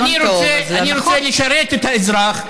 אני רוצה לשרת את האזרח,